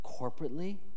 corporately